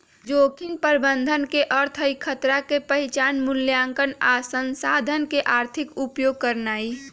जोखिम प्रबंधन के अर्थ हई खतरा के पहिचान, मुलायंकन आ संसाधन के आर्थिक उपयोग करनाइ